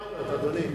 יש פיילוט, אדוני.